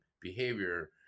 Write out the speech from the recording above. behavior